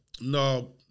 No